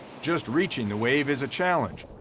just reaching a wave is a challenge,